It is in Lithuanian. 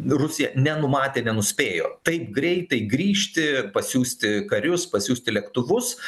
rusija nenumatė nenuspėjo taip greitai grįžti pasiųsti karius pasiųsti lėktuvus